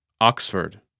Oxford